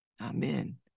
Amen